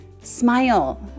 Smile